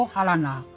Halana